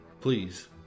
Please